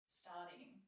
starting